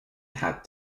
had